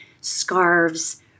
Scarves